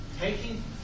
taking